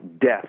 death